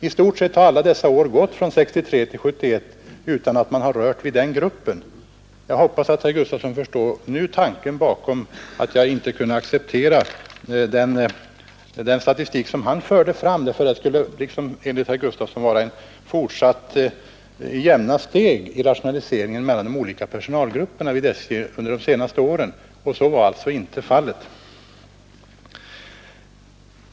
I stort sett har man från år 1963 så att säga inte rört vid den gruppen. Jag hoppas att herr Gustafson därmed förstår tanken bakom att jag inte kunde acceptera den statistik som han förde fram. Det skulle enligt herr Gustafson ha varit jämna steg i rationaliseringen mellan olika personalgrupper inom SJ de senaste åren, men så är inte fallet.